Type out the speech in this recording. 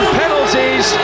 penalties